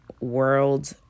world